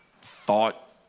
thought